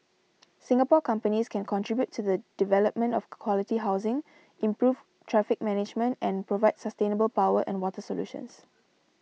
Singapore companies can contribute to the development of quality housing improve traffic management and provide sustainable power and water solutions